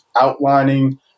outlining